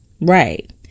Right